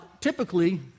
typically